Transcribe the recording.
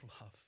love